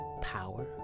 power